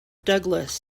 douglas